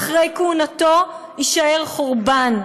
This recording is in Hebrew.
ואחרי כהונתו יישאר חורבן,